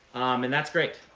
and that's great.